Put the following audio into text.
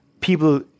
people